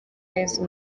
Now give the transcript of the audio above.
yezu